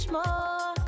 more